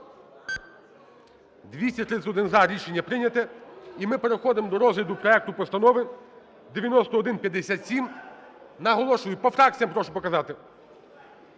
За-231 Рішення прийнято. І ми переходимо до розгляду проекту Постанови 9157. Наголошую... По фракціям прошу показати.